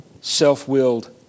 self-willed